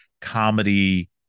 comedy